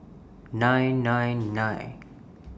nine nine nine